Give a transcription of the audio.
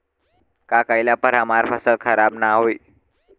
का कइला पर हमार फसल खराब ना होयी?